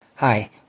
Hi